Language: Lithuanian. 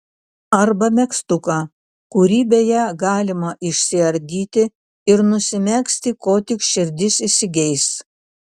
arba megztuką kurį beje galima išsiardyti ir nusimegzti ko tik širdis įsigeis